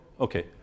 okay